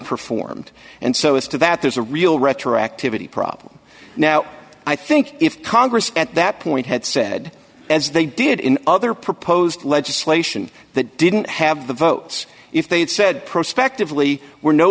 performed and so as to that there's a real retroactivity problem now i think if congress at that point had said as they did in other proposed legislation that didn't have the votes if they had said prospectively we're no